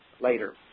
later